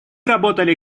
работали